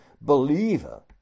believer